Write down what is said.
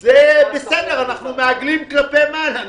בסדר, אנחנו מעגלים כלפי מעלה.